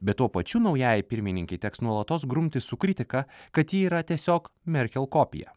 bet tuo pačiu naujajai pirmininkei teks nuolatos grumtis su kritika kad ji yra tiesiog merkel kopija